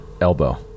Elbow